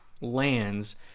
lands